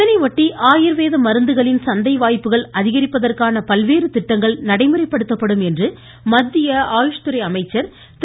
இதையொட்டி ஆயுர்வேத மருந்துகளின் சந்தை வாய்ப்புகள் அதிகரிப்பதற்கான பல்வேறு திட்டங்கள் நடைமுறைப்படுத்தப்படும் என்று மத்திய ஆயுஷ்துறை அமைச்சர் திரு